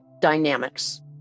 Dynamics